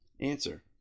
Answer